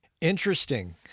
Interesting